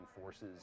forces